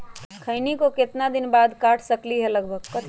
खैनी को कितना दिन बाद काट सकलिये है लगभग?